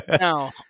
Now